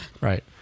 Right